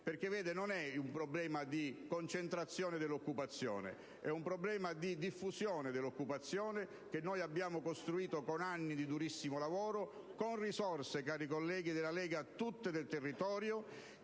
perché non è un problema di concentrazione dell'occupazione, ma di diffusione dell'occupazione, che noi abbiamo costruito con anni di durissimo lavoro, con risorse, cari colleghi della Lega, tutte del territorio,